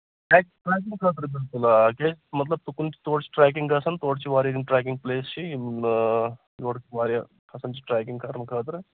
تراونہٕ خٲطرٕ بِلکُل آ مطلب تُکُن تور چھِ ٹریکِنگ گژھان تور چھِ واریاہ یِم ٹریکِنگ پَلیسز چھِ یِم یورٕ واریاہ کھسزن چھِ ٹریکِنگ کرنہٕ خٲطرٕ